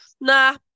Nah